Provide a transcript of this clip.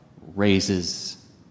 raises